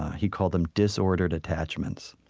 he called them disordered attachments.